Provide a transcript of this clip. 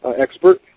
expert